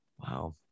Wow